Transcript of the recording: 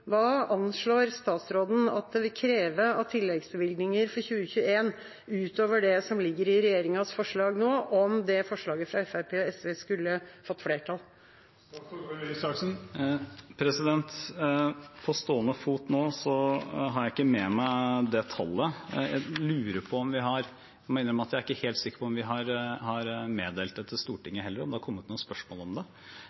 Hva anslår statsråden at det vil kreve av tilleggsbevilgninger for 2021, utover det som ligger i regjeringas forslag nå, om det forslaget fra Fremskrittspartiet og SV skulle fått flertall? På stående fot har jeg ikke det tallet. Jeg må innrømme at jeg er ikke helt sikker på om vi har meddelt det til Stortinget heller, om det har kommet noe spørsmål om det. Men det er helt riktig den forståelsen som representanten Christoffersen legger til